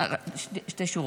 שתי שורות.